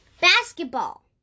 basketball